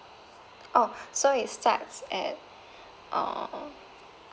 oh so it starts at uh